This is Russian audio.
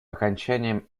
окончания